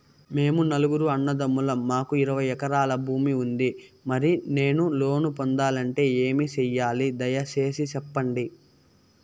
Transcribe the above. మేము నలుగురు అన్నదమ్ములం మాకు ఇరవై ఎకరాల భూమి ఉంది, మరి నేను లోను పొందాలంటే ఏమి సెయ్యాలి? దయసేసి సెప్పండి?